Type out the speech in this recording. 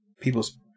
people's